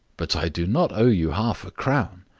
but i do not owe you half a crown.